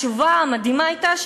התשובה המדהימה הייתה,